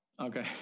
Okay